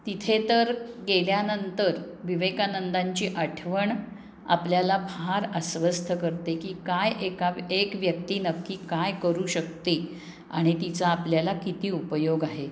तिथे तर गेल्यानंतर विवेकानंदांची आठवण आपल्याला फार अस्वस्थ करते की काय एका एक व्यक्ती नक्की काय करू शकते आणि तिचा आपल्याला किती उपयोग आहे